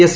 S